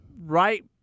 Right